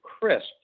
CRISP